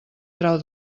trau